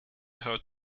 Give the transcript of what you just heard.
her